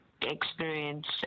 experience